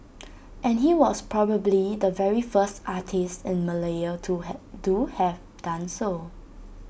and he was probably the very first artist in Malaya to have do have done so